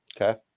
Okay